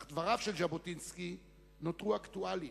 אך דבריו נותרו אקטואליים.